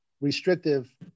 restrictive